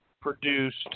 produced